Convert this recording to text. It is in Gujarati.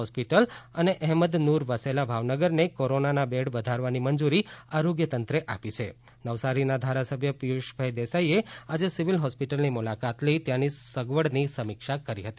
હોસ્પિટલ અને અહેમદ નૂર વસૈલા ભાવનગરને કોરોનાના બેડ વધારવાની મંજૂરી આરોગ્ય તંત્ર એ આપી છે નવસારીના ધારાસભ્ય પિયુષભાઈ દેસાઈએ આજે સીવીલ હોસ્પિટલની મુલાકાત લઈ ત્યાંની સગવડની સમિક્ષા કરી હતી